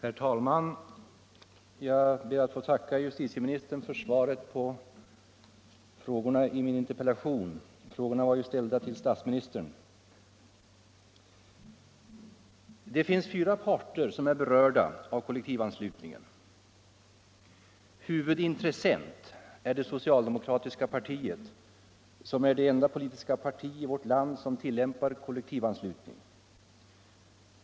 Herr talman! Jag ber att få tacka justitieministern för svaret på frågorna i min interpellation. Frågorna var ju ställda till statsministern. Det finns fyra parter som är berörda av kollektivanslutningen. Huvudintressent är det socialdemokratiska partiet, som är det enda politiska parti i vårt land som tillämpar kollektivanslutning.